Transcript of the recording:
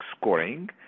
scoring